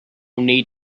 need